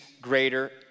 greater